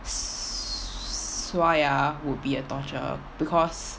s~ 刷牙 would be a torture because